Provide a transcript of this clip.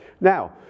Now